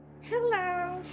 Hello